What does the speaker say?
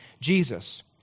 Jesus